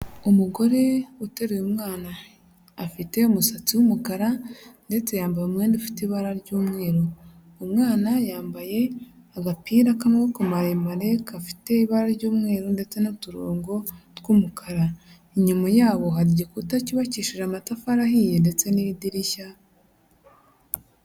Umugore uteruye umwana, afite umusatsi w'umukara ndetse yambaye umwenda ufite ibara ry'umweru, umwana yambaye agapira k'amaboko maremare, gafite ibara ry'umweru ndetse n'uturongo tw'umukara, inyuma yabo hari igkuta cyubakishije amatafari ahiye ndetse n'idirishya.